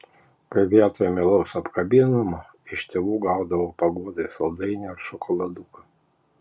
kai vietoj meilaus apkabinimo iš tėvų gaudavo paguodai saldainį ar šokoladuką